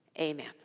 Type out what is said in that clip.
amen